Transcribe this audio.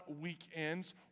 weekends